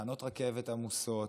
בתחנות רכבת עמוסות,